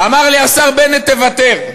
אמר לי השר בנט: תוותר.